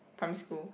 primary school